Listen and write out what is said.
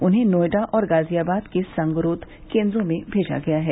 उन्हें नोएडा और गाजियाबाद के संगरोध केंद्रों में भेजा गया है